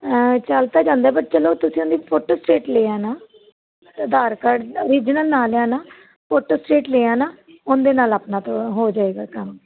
ਚਲ ਤਾਂ ਜਾਂਦਾ ਪਰ ਚਲੋ ਤੁਸੀਂ ਉਹਦੀ ਫੋਟੋਸਟੇਟ ਲੈ ਆਉਣਾ ਆਧਾਰ ਕਾਰਡ ਰਿਜਨਲ ਨਾ ਲਿਆਉਣਾ ਫੋਟੋਸਟੇਟ ਲੈ ਆਉਣਾ ਉਹਦੇ ਨਾਲ ਆਪਣਾ ਹੋ ਜਾਵੇਗਾ ਕੰਮ